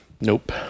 Nope